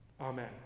Amen